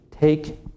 take